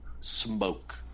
smoke